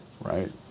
Right